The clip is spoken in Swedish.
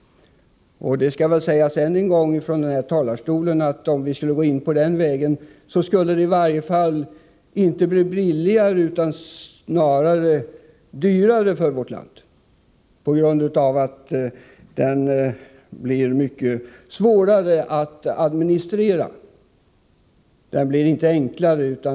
Det skall väl sägas än en gång från den här talarstolen att om vi skulle gå in på den vägen, skulle det i varje fall inte bli billigare utan snarare dyrare för vårt land, på grund av att den sjukvården blir mycket svårare att administrera.